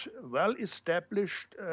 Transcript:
well-established